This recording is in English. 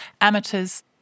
amateurs